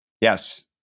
Yes